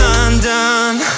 undone